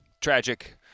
tragic